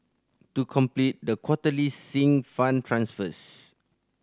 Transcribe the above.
to complete the quarterly Sinking Fund transfers